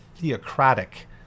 theocratic